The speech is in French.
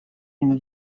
une